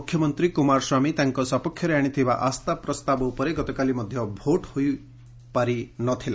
ମୁଖ୍ୟମନ୍ତ୍ରୀ କୁମାର ସ୍ୱାମୀ ତାଙ୍କ ସପକ୍ଷରେ ଆଶିଥିବା ଆସ୍ଥା ପ୍ରସ୍ତାବ ଉପରେ ଗତକାଲି ମଧ୍ୟ ଭୋଟ୍ ହୋଇପାରି ନ ଥିଲା